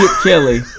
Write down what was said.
Kelly